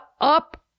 up